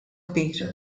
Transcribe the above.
kbir